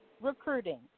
recruiting